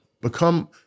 Become